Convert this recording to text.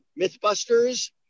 Mythbusters